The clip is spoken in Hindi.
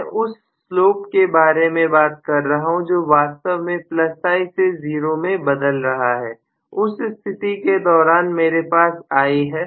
मैं उस स्लोप के बारे में बात कर रहा हूं जो वास्तव में I से 0 में बदल रहा है उस स्थिति के दौरान मेरे पास i है